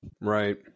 Right